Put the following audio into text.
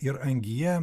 ir angyje